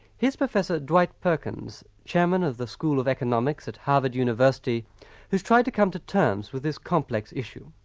here's professor dwight perkins, chairman of the school of economics at harvard university, who has tried to come to terms with this complex issue.